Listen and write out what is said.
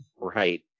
Right